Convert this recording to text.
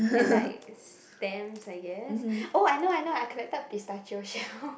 and like stamps I guess oh I know I know I collected pistachio shells